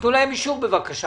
תתנו להם אישור בבקשה.